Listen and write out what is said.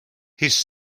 his